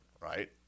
right